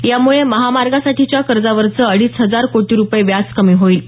यामुळे महामार्गासाठीच्या कर्जावरचं अडीच हजार कोटी रुपये व्याज कमी होईल